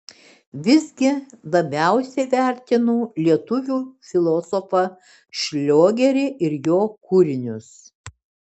visgi labiausiai vertinu lietuvių filosofą šliogerį ir jo kūrinius